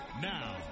Now